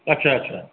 अच्छा अच्छा